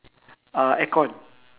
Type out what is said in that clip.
uh aircon